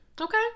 Okay